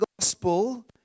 gospel